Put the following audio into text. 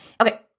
Okay